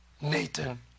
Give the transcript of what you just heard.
Nathan